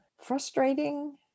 frustrating